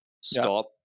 stop